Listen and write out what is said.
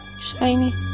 Shiny